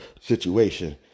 situation